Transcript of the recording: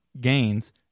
gains